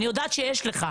אני יודעת שיש לך.